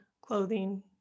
clothing